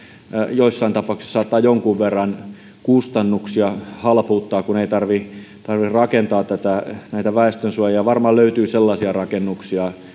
joissain tapauksissa saattaa jonkun verran kustannuksia halpuuttaa kun ei tarvitse tarvitse rakentaa näitä väestönsuojia varmaan löytyy sellaisia rakennuksia